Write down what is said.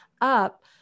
up